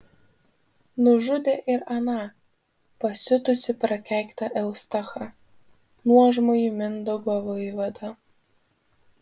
nužudė ir aną pasiutusį prakeiktą eustachą nuožmųjį mindaugo vaivadą